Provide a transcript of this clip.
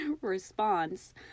response